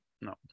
No